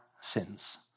sins